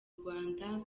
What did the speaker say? rwanda